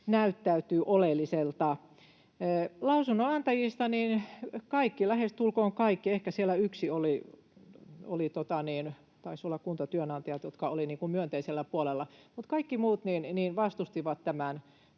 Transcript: näyttäytyvät oleellisina. Lausunnonantajista kaikki, lähestulkoon kaikki — ehkä siellä yksi oli, taisi olla Kuntatyönantajat, joka oli myönteisellä puolella, mutta kaikki muut — vastustivat tämän